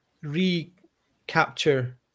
recapture